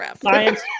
Science